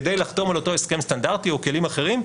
כדי לחתום על אותו הסכם סטנדרטי או כלים אחרים,